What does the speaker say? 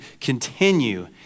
continue